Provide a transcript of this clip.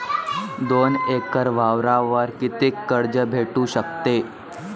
दोन एकर वावरावर कितीक कर्ज भेटू शकते?